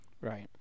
Right